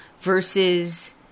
versus